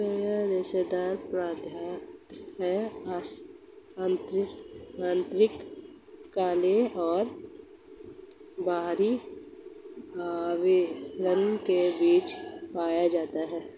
coir रेशेदार पदार्थ है आंतरिक खोल और बाहरी आवरण के बीच पाया जाता है